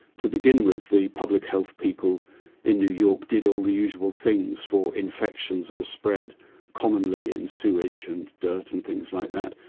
to begin with, the public health people in new york did all the usual things for infections that are spread commonly in sewage and dirt and things like that,